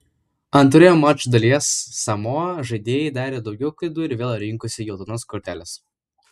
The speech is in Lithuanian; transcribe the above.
antroje mačo dalyje samoa žaidėjai darė daugiau klaidų ir vėl rinkosi geltonas korteles